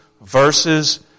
verses